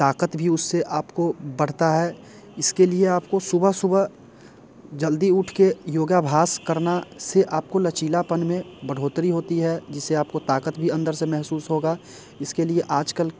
ताकत भी उससे आपको बढ़ता है इसके लिए आपको सुबह सुबह जल्दी उठ के योगाभ्यास करना से आपको लचीलापन में बढ़ोतरी होती है जिससे आपको ताकत भी अंदर से महसूस होगा इसके लिए आजकल